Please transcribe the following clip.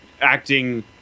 acting